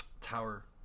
tower